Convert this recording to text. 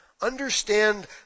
understand